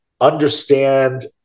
understand